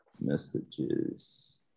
Messages